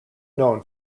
known